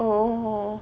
oh